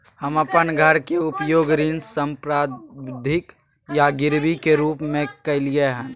हम अपन घर के उपयोग ऋण संपार्श्विक या गिरवी के रूप में कलियै हन